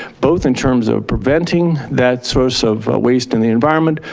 both in terms of preventing that source of waste in the environment.